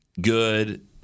good